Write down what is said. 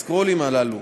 ה"סקרולים" הללו,